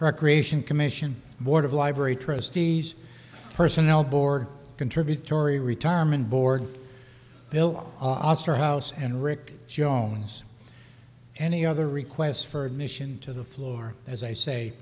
recreation commission board of library trustees personnel board contributory retirement board bill osterhaus and rick jones any other requests for admission to the floor as i say